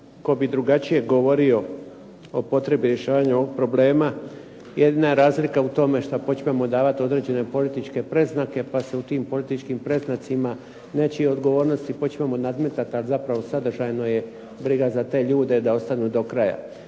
tko bi drugačije govorio o potrebi rješavanja ovog problema. Jedina razlika je u tome što počnemo davati određene političke predznake pa se u tim političkim predznacima nečije odgovornosti počnemo nadmetati ali zapravo sadržajno je briga za te ljude da ostanu do kraja.